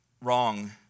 wrong